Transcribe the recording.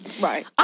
Right